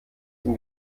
dem